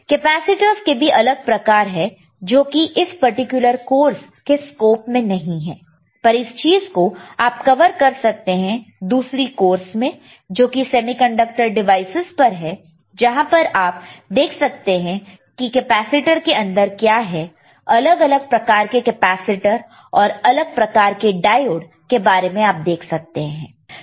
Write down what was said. capacitors के भी अलग प्रकार है जो कि इस पर्टिकुलर कोर्स के स्कोप में नहीं है पर इस चीज को आप कवर कर सकते हैं किसी दूसरे कोर्स में जो कि सेमीकंडक्टर डिवाइसेज पर है जहां पर आप देख सकते हैं कि कैपेसिटर के अंदर क्या है अलग अलग प्रकार के कैपेसिटर और अलग प्रकार के डायोड के बारे में आप देख सकते हैं